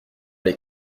les